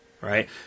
Right